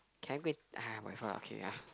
can I go and !aiya! whatever lah okay ya